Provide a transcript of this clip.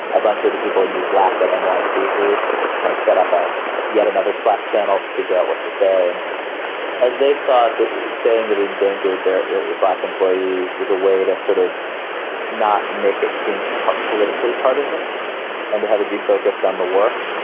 a bunch of people in the black and white t group kind of setup a yet another slap channel to figure out what to say. and as they saw that saying that endangered their black employees was a way to sort of not make it seem politically partisan and to have it be focused on the work.